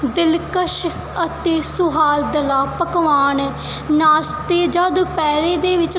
ਦਿਲਕਸ਼ ਅਤੇ ਸੁਆਦਲਾ ਪਕਵਾਨ ਨਾਸ਼ਤੇ ਜਾਂ ਦੁਪਹਿਰ ਦੇ ਵਿੱਚ